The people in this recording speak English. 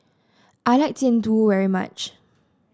I like Jian Dui very much